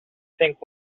think